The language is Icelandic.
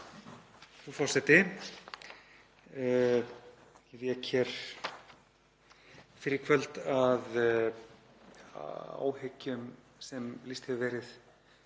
Frú forseti. Ég vék hér fyrr í kvöld að áhyggjum sem lýst hefur verið